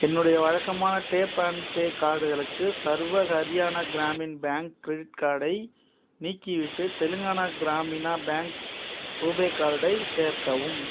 என்னுடைய வழக்கமான tap and pay கார்டுகளுக்கு சர்வ ஹரியானா கிராமின் பேங்க் கிரெடிட் கார்டை நீக்கிவிட்டு தெலுங்கானா கிராமினா பேங்க் ரூபே கார்டை சேர்க்கவும்